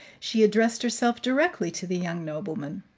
she addressed herself directly to the young nobleman.